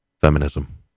Feminism